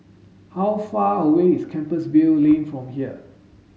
how far away is Compassvale Lane from here